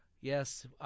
Yes